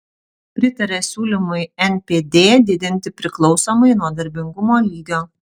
pritaria siūlymui npd didinti priklausomai nuo darbingumo lygio